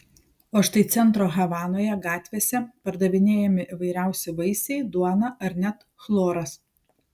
o štai centro havanoje gatvėse pardavinėjami įvairiausi vaisiai duona ar net chloras